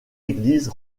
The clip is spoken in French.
église